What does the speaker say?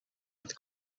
with